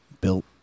Built